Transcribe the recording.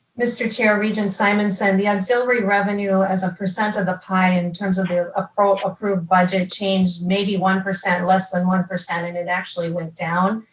mr. chair, regent simonson, the auxiliary revenue as a percent of the pie in terms of the approved approved budget change, maybe one, less than one percent and it actually went down,